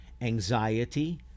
anxiety